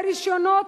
ברשיונות,